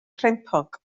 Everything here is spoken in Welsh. crempog